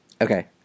Okay